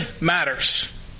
matters